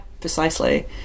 precisely